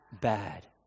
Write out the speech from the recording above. bad